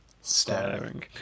Staring